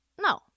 No